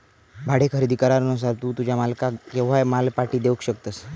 भाडे खरेदी करारानुसार तू तुझ्या मालकाक केव्हाय माल पाटी देवक शकतस